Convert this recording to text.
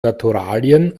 naturalien